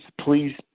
please